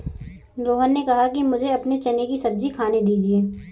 रोहन ने कहा कि मुझें आप चने की सब्जी खाने दीजिए